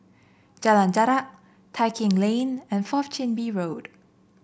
Jalan Jarak Tai Keng Lane and Fourth Chin Bee Road